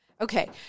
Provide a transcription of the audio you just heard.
Okay